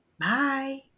Bye